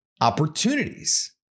opportunities